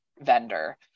vendor